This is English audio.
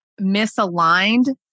misaligned